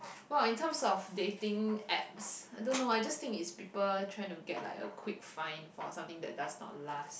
what in terms of dating apps I don't know I just think is people trying to get like a quick find for something that does not last